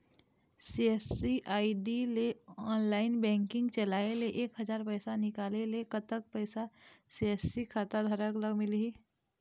CSC ID ले online banking चलाए ले एक हजार पैसा निकाले ले कतक पैसा सी.एस.सी खाता धारक ला मिलही?